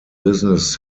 business